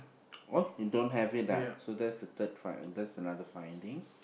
oh you don't have it ah so that's the third find uh that's another finding